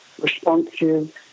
responsive